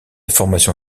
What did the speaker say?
formation